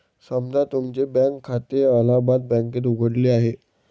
समजा तुमचे बँक खाते अलाहाबाद बँकेत उघडले आहे